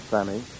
Sammy